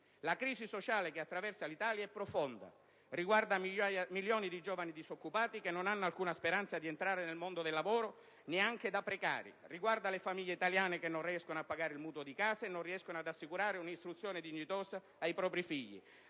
La crisi sociale che attraversa l'Italia è profonda; riguarda milioni di giovani disoccupati che non hanno alcuna speranza di entrare nel mondo del lavoro neanche da precari; riguarda le famiglie italiane che non riescono a pagare il mutuo di casa e non riescono ad assicurare un'istruzione dignitosa ai propri figli;